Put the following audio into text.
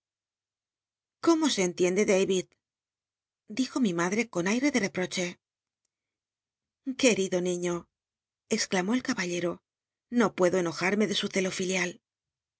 cómo se entiende david dijo mi madre con aire de reproche ue ni exclamó el caballero no puedo enojarme de su celo lilial